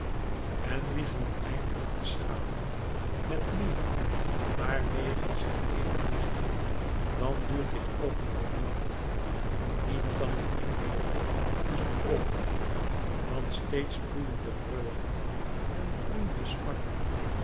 en wiegelen eindelijk de schalen niet meer maar wegen zij evenwichtig dan duurt dit oogenblik langer niet dan een enkelen blik onzer oogen want steeds bloeien de vreugden en groeien de smarten